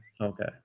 okay